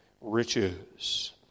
riches